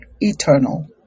eternal